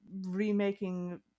remaking